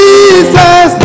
Jesus